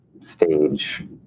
stage